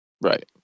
Right